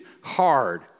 hard